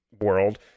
world